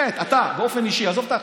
באמת, אתה באופן אישי, עזוב את האחרים,